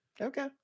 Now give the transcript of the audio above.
Okay